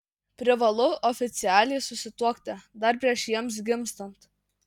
privalu oficialiai susituokti dar prieš jiems gimstant